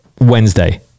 Wednesday